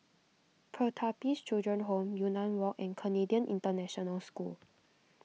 Pertapis Children Home Yunnan Walk and Canadian International School